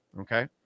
Okay